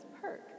perk